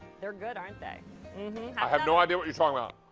they're good, aren't they? i have no idea what you're talking about.